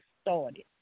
started